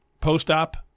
Post-op